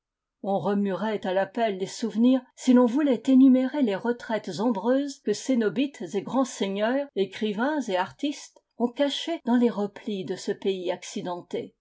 on remuerait à la pelle les souvenirs si l'on voulait énumérer les retraites ombreuses que cénobites et grands seigneurs écrivains et artistes ont cachées dans les replis de ce pays accidenté